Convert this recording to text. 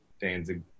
Danzig